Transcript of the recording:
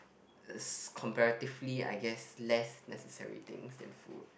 comparatively I guess less necessary things than food